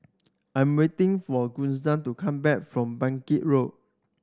I'm waiting for Kisha to come back from Bangkit Road